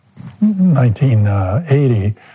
1980